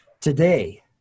today